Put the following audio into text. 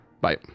Bye